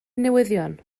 newyddion